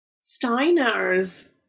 Steiner's